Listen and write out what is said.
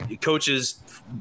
coaches